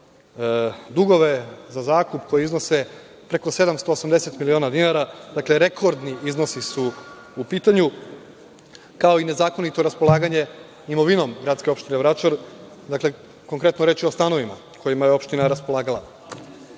dugove za zakupe koji iznose preko 780 miliona dinara. Dakle, rekordni iznosi su u pitanju, kao i nezakonito raspolaganje imovine gradske opštine Vračar. Konkretno, reč je o stanovima kojima je opština raspolagala. Bez